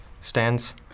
stands